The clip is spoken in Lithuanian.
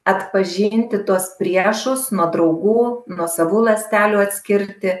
atpažinti tuos priešus nuo draugų nuo savų ląstelių atskirti